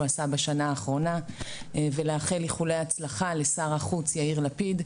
עשה בשנה האחרונה ולאחל איחולי הצלחה לשר החוץ יאיר לפיד,